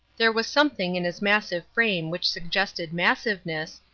there was something in his massive frame which suggested massiveness,